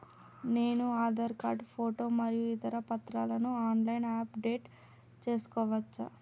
నేను Aadhaar card photo మరియు ఇతర పత్రాలను ఆన్ లైన్ అప్ డెట్ చేసుకోవచ్చా?